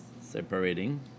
separating